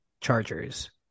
Chargers